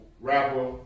rapper